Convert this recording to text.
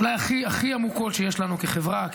אולי הכי עמוקות שיש לנו כחברה,